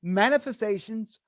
manifestations